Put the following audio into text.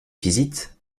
visite